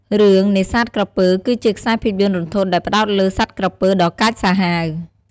រឿង នេសាទក្រពើ គឺជាខ្សែភាពយន្តរន្ធត់ដែលផ្ដោតលើសត្វក្រពើដ៏កាចសាហាវ។